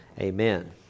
Amen